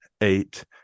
eight